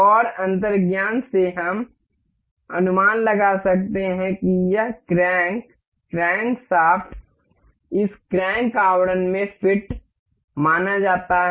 और अंतर्ज्ञान से हम अनुमान लगा सकते हैं कि यह क्रैंक क्रैंकशाफ्ट इस क्रैंक आवरण में फिट माना जाता है